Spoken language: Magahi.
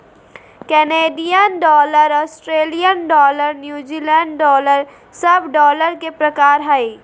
Canadian dollar, Australian dollar, New Zealand dollar सब डॉलर के प्रकार हय